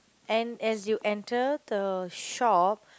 and as you enter the shop